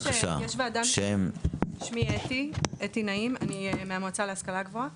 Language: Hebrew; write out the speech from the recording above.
אני מהמועצה להשכלה גבוהה.